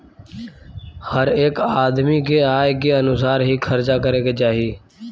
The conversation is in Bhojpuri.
हरेक आदमी के आय के अनुसार ही खर्चा करे के चाही